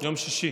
ביום שישי.